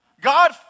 God